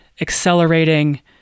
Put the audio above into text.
accelerating